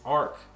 arc